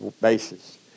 basis